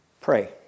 Pray